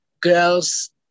girls